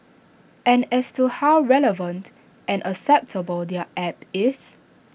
and as to how relevant and acceptable their app is